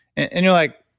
and you're like,